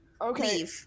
Okay